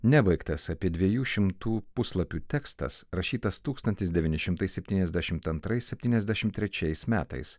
nebaigtas apie dviejų šimtų puslapių tekstas rašytas tūkstantis devyni šimtai septyniasdešim antrais septyniasdešim trečiais metais